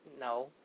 no